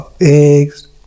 eggs